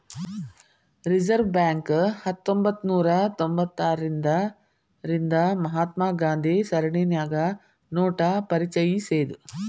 reserve Bank ಹತ್ತೊಂಭತ್ನೂರಾ ತೊಭತಾರ್ರಿಂದಾ ರಿಂದ ಮಹಾತ್ಮ ಗಾಂಧಿ ಸರಣಿನ್ಯಾಗ ನೋಟ ಪರಿಚಯಿಸೇದ್